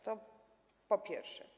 To po pierwsze.